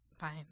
Fine